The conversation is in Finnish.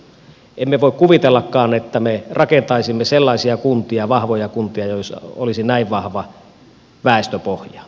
emme voi kuvitellakaan että me rakentaisimme sellaisia kuntia vahvoja kuntia joissa olisi näin vahva väestöpohja